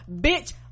bitch